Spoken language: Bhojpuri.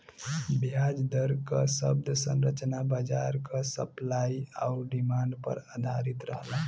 ब्याज दर क शब्द संरचना बाजार क सप्लाई आउर डिमांड पर आधारित रहला